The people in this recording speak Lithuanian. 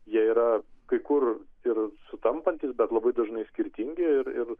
jie yra kai kur ir sutampantys bet labai dažnai skirtingi ir ir